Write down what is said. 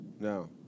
No